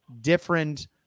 different